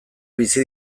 bizi